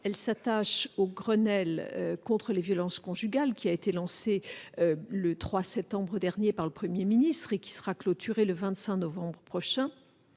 le Grenelle des violences conjugales, qui a été lancé le 3 septembre dernier par le Premier ministre et qui sera clôturé le 25 novembre prochain,